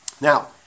Now